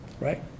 right